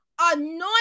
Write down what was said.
Anoint